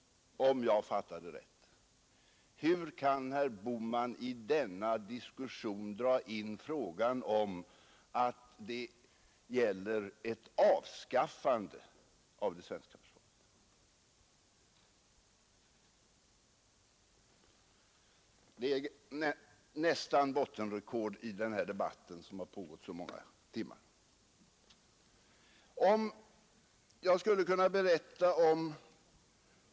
Hur kan herr Bohman påstå att dagens diskussion gäller ett avskaffande av det svenska försvaret? Det är nästan bottenrekord i denna debatt, som pågått i så många timmar.